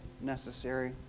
necessary